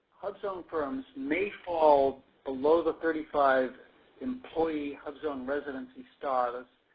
hubzone firms may fall below the thirty five employee hubzone residency status